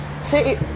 See